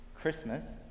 christmas